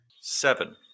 Seven